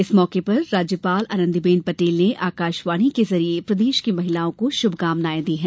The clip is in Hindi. इस मौके पर राज्यपाल आनंदी बेन पटेल ने आकाशवाणी के जरिए प्रदेश की महिलाओं को शुभकामनाएं दी हैं